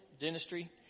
dentistry